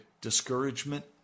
discouragement